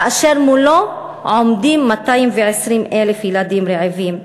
כאשר מולו עומדים 220,000 ילדים רעבים,